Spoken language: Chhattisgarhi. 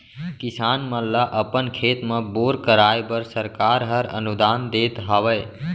किसान मन ल अपन खेत म बोर कराए बर सरकार हर अनुदान देत हावय